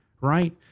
right